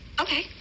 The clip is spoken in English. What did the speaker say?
Okay